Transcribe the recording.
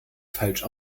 falsch